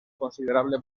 considerable